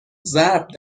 ضرب